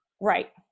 Right